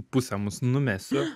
pusę mus numesiu